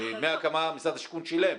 דמי הקמה משרד השיכון שילם,